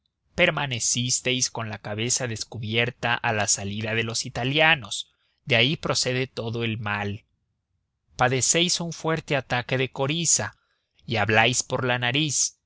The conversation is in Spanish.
vuestra permanecisteis con la cabeza descubierta a la salida de los italianos de ahí procede todo el mal padecéis un fuerte ataque de coriza y habláis por la nariz